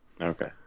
Okay